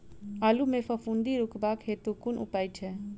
आलु मे फफूंदी रुकबाक हेतु कुन उपाय छै?